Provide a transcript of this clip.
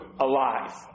alive